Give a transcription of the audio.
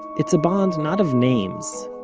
it's a bond not of names,